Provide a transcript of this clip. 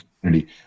community